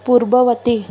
ପୂର୍ବବର୍ତ୍ତୀ